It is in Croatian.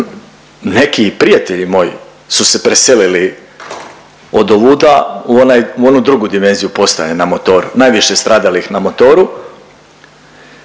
neki prijatelji moji su se preselili odovuda u onaj, u onu drugu dimenziju postaje na motoru. Najviše stradalih na motoru,